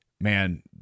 man